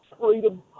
freedom